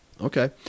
Okay